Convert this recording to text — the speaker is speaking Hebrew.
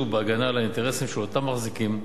בהגנה על האינטרסים של אותם מחזיקים.